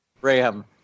Ram